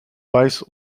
base